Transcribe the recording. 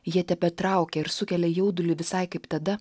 jie tebetraukia ir sukelia jaudulį visai kaip tada